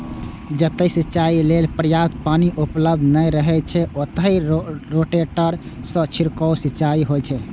जतय सिंचाइ लेल पर्याप्त पानि उपलब्ध नै रहै छै, ओतय रोटेटर सं छिड़काव सिंचाइ होइ छै